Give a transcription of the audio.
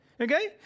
Okay